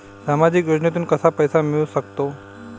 सामाजिक योजनेतून कसा पैसा मिळू सकतो?